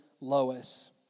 Lois